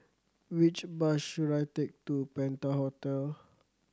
which bus should I take to Penta Hotel